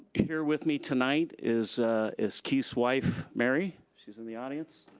here with me tonight is is keith's wife, mary, she's in the audience.